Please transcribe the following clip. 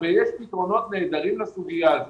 ועל המשך הוועדה וההתעקשות שלכם לעסוק בנושא הזה,